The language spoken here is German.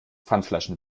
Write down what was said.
pfandflaschen